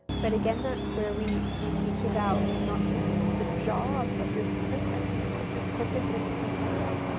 but again, that's where we we teach about not just the job, but your purpose, your purpose is to heal.